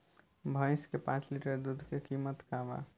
भईस के पांच लीटर दुध के कीमत का बा?